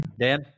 Dan